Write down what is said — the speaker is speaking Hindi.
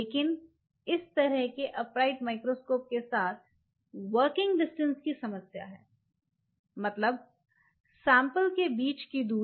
लेकिन इस तरह के अपराइट माइक्रोस्कोप के साथ वर्किंग डिस्टेंस की समस्या है मतलब सैंपल के बीच की दूरी